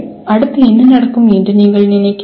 அடுத்து என்ன நடக்கும் என்று நீங்கள் நினைக்கிறீர்கள்